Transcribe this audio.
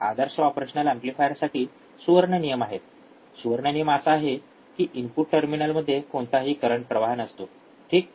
आदर्श operational एंपलीफायरसाठी सुवर्ण नियम आहेत सुवर्ण नियम असा आहे की इनपुट टर्मिनलमध्ये कोणताही करंट प्रवाह नसतो ठीक